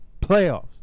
playoffs